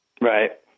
Right